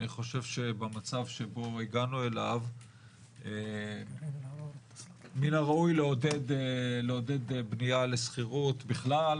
אני חושב שבמצב שהגענו אליו מן הראוי לעודד פניה לשכירות בכלל,